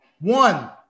One